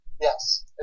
Yes